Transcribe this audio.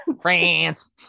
France